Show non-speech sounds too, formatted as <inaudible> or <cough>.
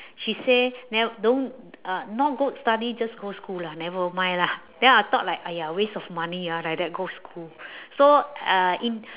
she say nev~ don't uh not good study just go school lah never mind lah then I thought like !aiya! waste of money ah like that go school <breath> so uh in